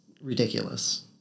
ridiculous